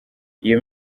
iyo